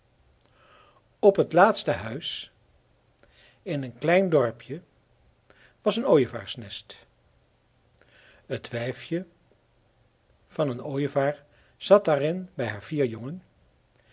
op het laatste huis in een klein dorpje was een ooievaarsnest het wijfje van een ooievaar zat daarin bij haar vier jongen